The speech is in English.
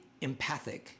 empathic